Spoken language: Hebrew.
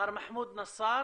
מר מחמוד נסאר,